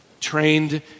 trained